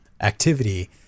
activity